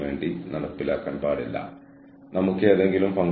മുമ്പത്തെ പ്രഭാഷണത്തിൽ നമ്മൾ ഇതിനെക്കുറിച്ച് സംസാരിച്ചു